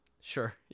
Sure